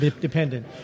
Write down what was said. dependent